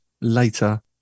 later